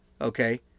Okay